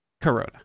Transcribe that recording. corona